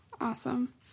Awesome